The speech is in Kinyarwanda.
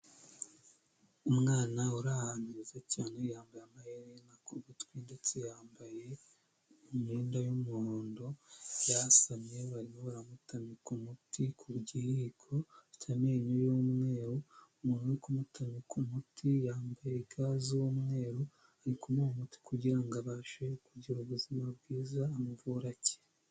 Umwana uri ahantu heza cyane yambaye amaherena ku gutwi ndetse yambaye imyenda y'umuhondo, yasamye bari baramutamika umuti ku gihiko afite amenyo y'umweru, umuntu uri kumutamika umuti yambaye ga z'umweru, ari kumuha umuti kugira ngo abashe kugira ubuzima bwiza amuvure akire.